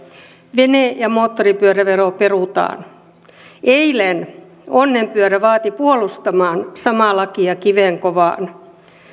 vene ja moottoripyörävero perutaan eilen onnenpyörä vaati puolustamaan samaa lakia kivenkovaa